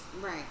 Right